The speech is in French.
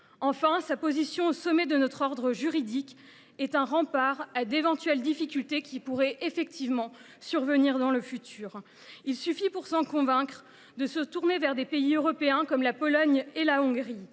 Enfin, sa position au sommet de notre ordre juridique est un rempart à d’éventuelles difficultés qui pourraient survenir dans le futur. Il suffit pour s’en convaincre de se tourner vers des pays européens comme la Pologne ou la Hongrie.